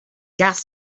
gas